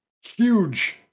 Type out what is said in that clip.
huge